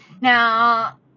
Now